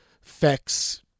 facts